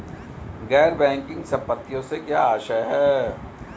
गैर बैंकिंग संपत्तियों से क्या आशय है?